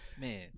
Man